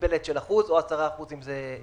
במגבלת של אחוז או 10% כשמדובר ביחיד.